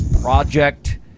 project